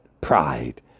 pride